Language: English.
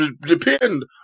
depend